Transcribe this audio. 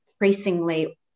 increasingly